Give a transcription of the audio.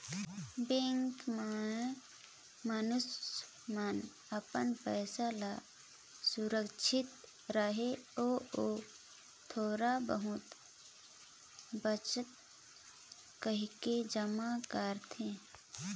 bank में मइनसे मन अपन पइसा ल सुरक्छित रहें अउ अउ थोर बहुत बांचे कहिके जमा करथे